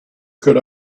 could